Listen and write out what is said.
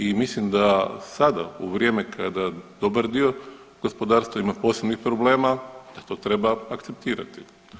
I mislim da sada u vrijeme kada dobar dio gospodarstva ima posebnih problema da to treba akceptirati.